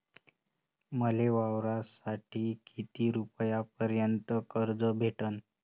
मले वावरासाठी किती रुपयापर्यंत कर्ज भेटन?